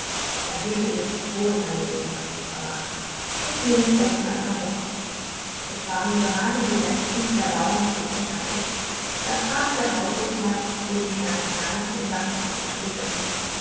er hütete sich wohl seine gegenwart zu verraten so ging es denn noch ein paar wochen es waren gerade die letzten die der bauer noch übrig hatte da trat der haushofmeister zu dem kleinen herrn und sagte mit betrübter miene